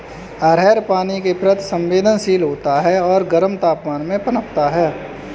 अरहर पानी के प्रति संवेदनशील होता है और गर्म तापमान में पनपता है